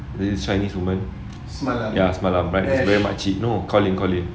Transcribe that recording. this chinese woman ya semalam but it's very makcik no colin colin